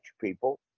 people